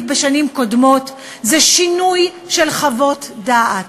בשנים קודמות זה שינוי של חוות דעת,